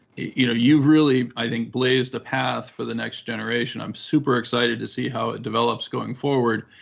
you know you've really, i think, blazed a path for the next generation. i'm super excited to see how it develops going forward.